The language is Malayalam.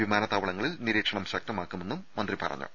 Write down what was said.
വിമാനത്താവളങ്ങളിൽ നിരീക്ഷണം ശക്തമാക്കുമെന്നും മന്ത്രി പറഞ്ഞു